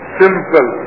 simple